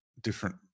different